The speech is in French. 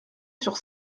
sur